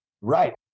Right